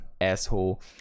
asshole